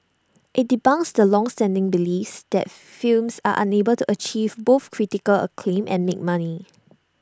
IT debunks the longstanding beliefs that films are unable to achieve both critical acclaim and make money